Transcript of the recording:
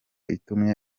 itumye